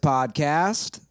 Podcast